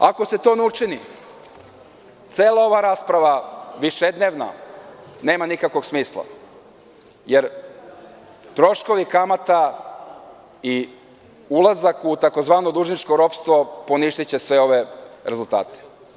Ako se to ne učini, cela ova višednevna rasprava nema nikakvog smisla, jer troškovi kamata i ulazak u tzv. dužničko ropstvo poništiće sve ove rezultate.